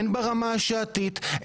הן ברמה השעתית,